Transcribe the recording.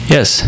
Yes